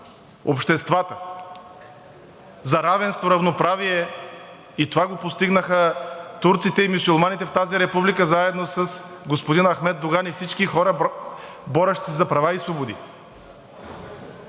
обществата – за равенство, равноправие. И това го постигнаха турците и мюсюлманите в тази република заедно с господин Ахмед Доган и всички хора, борещи се за права и свободи.